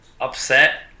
upset